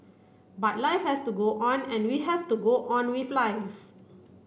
but life has to go on and we have to go on with life